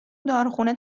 داروخونه